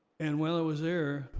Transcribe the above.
and while i was there,